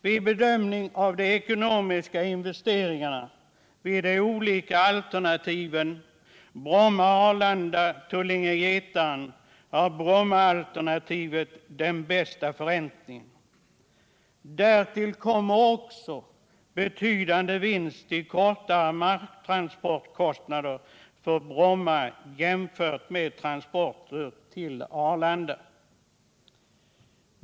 Vid bedömning av de ekonomiska investeringarna vid de olika alternativen Bromma, Arlanda och Tullinge/Getaren ger Brommaalternativet den bästa förräntningen. Därtill kommer också en betydande vinst i kortare marktransporter till Bromma jämfört med transporter till Arlanda.